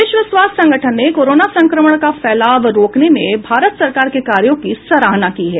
विश्व स्वास्थ्य संगठन ने कोरोना संक्रमण का फैलाव रोकने में भारत सरकार के कार्यों की सराहना की है